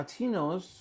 Latinos